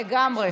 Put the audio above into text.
לגמרי.